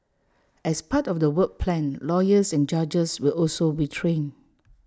as part of the work plan lawyers and judges will also be trained